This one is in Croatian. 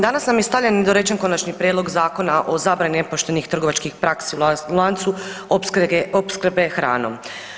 Danas nam je stavljen i dorečen Konačni prijedlog Zakona o zabrani nepoštenih trgovačkih praksi u lancu opskrbe hranom.